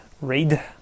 read